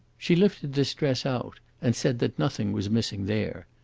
she lifted this dress out and said that nothing was missing there.